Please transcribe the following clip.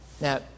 Now